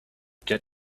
get